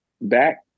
back